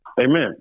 amen